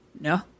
no